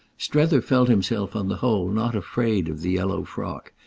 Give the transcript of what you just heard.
strether felt himself on the whole not afraid of the yellow frock,